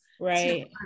right